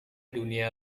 dunia